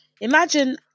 imagine